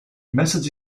message